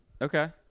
Okay